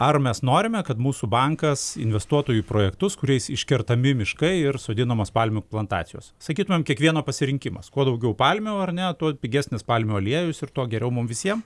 ar mes norime kad mūsų bankas investuotų į projektus kuriais iškertami miškai ir sodinamos palmių plantacijos sakytumėm kiekvieno pasirinkimas kuo daugiau palmių ar ne tuo pigesnis palmių aliejus ir tuo geriau mum visiem